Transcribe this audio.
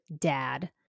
dad